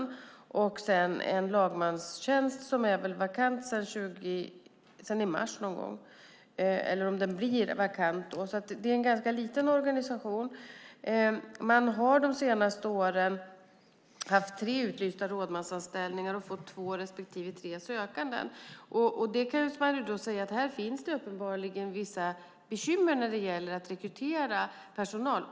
Sedan är det en lagmanstjänst som är vakant sedan i mars någon gång, eller den kanske blir vakant då. Det är alltså en ganska liten organisation. Man har de senaste åren haft tre utlysta rådmansanställningar och fått två respektive tre sökanden. Man kan då säga att det uppenbarligen finns vissa bekymmer när det gäller att rekrytera personal.